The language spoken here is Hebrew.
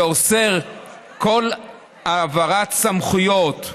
שאוסר כל העברת סמכויות,